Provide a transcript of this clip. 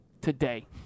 Today